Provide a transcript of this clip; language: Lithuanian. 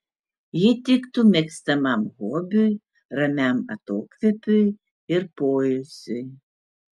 ji tiktų mėgstamam hobiui ramiam atokvėpiui ir poilsiui